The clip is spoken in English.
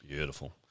beautiful